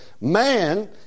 man